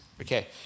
Okay